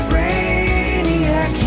Brainiac